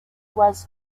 was